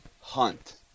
hunt